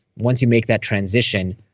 once you make that transition,